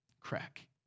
Crack